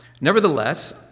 Nevertheless